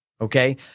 Okay